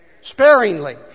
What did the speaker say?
Sparingly